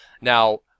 Now